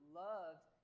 loved